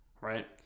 right